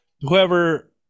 whoever